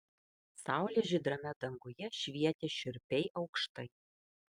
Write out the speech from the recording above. saulė žydrame danguje švietė šiurpiai aukštai